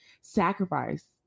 sacrifice